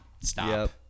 stop